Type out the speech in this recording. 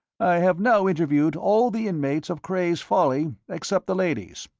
i have now interviewed all the inmates of cray's folly except the ladies.